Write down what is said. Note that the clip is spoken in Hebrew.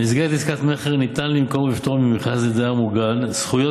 "במסגרת עסקת מכר ניתן למכור בפטור ממכרז לדייר מוגן זכויות